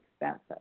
expensive